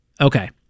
Okay